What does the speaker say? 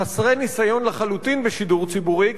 חסרי ניסיון לחלוטין בשידור ציבורי,